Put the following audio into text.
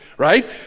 right